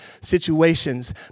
situations